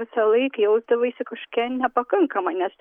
visąlaik jausdavaisi kažkokia nepakankama nes